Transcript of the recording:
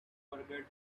forget